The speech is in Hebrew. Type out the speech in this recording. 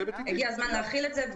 הגיע הזמן להחיל את זה.